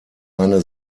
eine